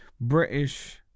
British